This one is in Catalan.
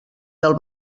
del